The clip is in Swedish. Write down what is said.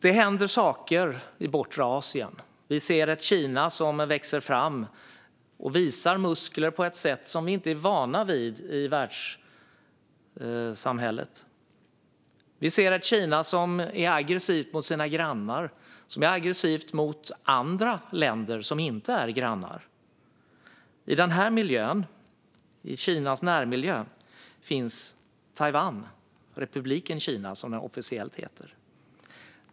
Det händer saker i bortre Asien. Vi ser ett Kina som växer fram och visar muskler på ett sätt som vi inte är vana vid i världssamhället. Vi ser ett Kina som är aggressivt mot sina grannar och även mot andra länder som inte är grannar. I Kinas närmiljö finns Taiwan, Republiken Kina som den officiellt heter.